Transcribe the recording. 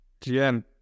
GM